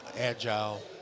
agile